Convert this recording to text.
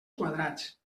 quadrats